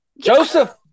Joseph